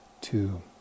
two